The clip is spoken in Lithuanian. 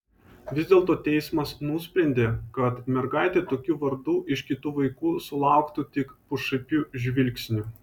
vis dėlto teismas nusprendė kad mergaitė tokiu vardu iš kitų vaikų sulauktų tik pašaipių žvilgsnių